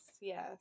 yes